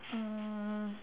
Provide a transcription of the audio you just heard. um